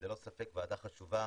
ללא ספק חשובה.